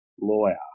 lawyer